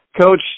Coach